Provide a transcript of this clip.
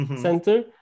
center